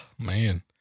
man